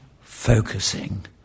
focusing